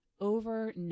over